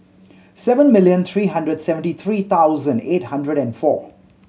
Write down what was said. seven million three hundred seventy three thousand eight hundred and four